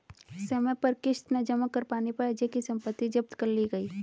समय पर किश्त न जमा कर पाने पर अजय की सम्पत्ति जब्त कर ली गई